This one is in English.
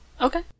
Okay